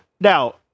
now